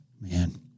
man